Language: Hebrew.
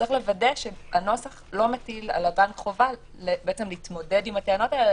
צריך לוודא שהנוסח לא מטיל על הבנק חובה להתמודד עם הטענות האלה,